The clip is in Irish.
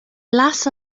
leas